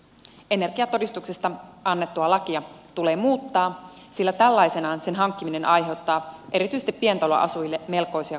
energiatodistuksesta annettua lakia tulee muuttaa sillä tällaisenaan sen hankkiminen aiheuttaa erityisesti pientaloasujille melkoisia kustannuksia